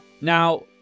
Now